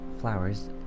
flowers